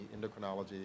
endocrinology